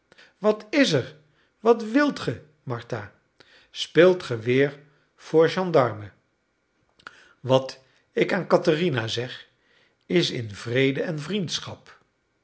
wat is er wat wilt ge martha speelt ge weer voor gendarme wat ik aan katherina zeg is in vrede en vriendschap